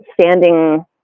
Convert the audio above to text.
standing